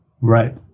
Right